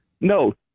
no